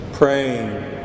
Praying